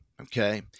okay